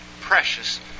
precious